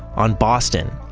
on boston,